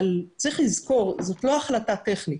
אבל צריך לזכור, זאת לא החלטה טכנית.